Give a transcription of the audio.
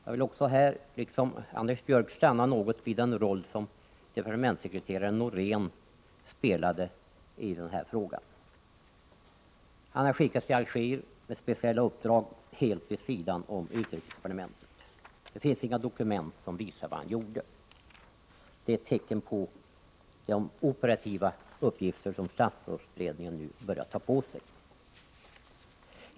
Jag vill här, liksom Anders Björck, stanna något vid den roll som departementssekreteraren Noréen spelade i denna fråga. Han hade skickats till Alger med speciella uppdrag helt vid sidan om utrikesdepartementet. Det finns inga dokument som visar vad han gjorde. Det är tecken på de operativa uppgifter som statsrådsberedningen nu börjar ta på sig.